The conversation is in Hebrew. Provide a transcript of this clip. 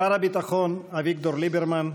שר הביטחון אביגדור ליברמן,